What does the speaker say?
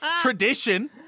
tradition